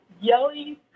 yelling